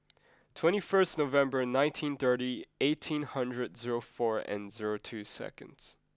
twenty first November nineteen thirty eighteen hundred zero four and zero two seconds